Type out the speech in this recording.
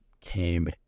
came